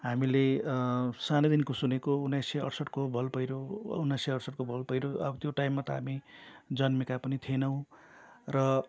हामीले सानैदेखिको सुनेको उन्नाइस सय अठसट्ठको भल पहिरो उन्नाइस सय अठसट्ठको भल पहिरो अब त्यो टाइममा त हामी जन्मेका पनि थिएनौँ र